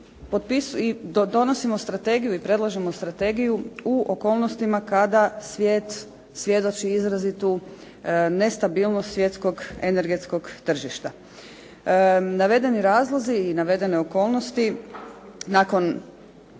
donosimo strategiju i predlažemo strategiju u okolnostima kada svijet svjedoči izrazitu nestabilnost svjetskog energetskog tržišta. Navedeni razlozi i navedene okolnosti nakon